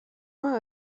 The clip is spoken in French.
mois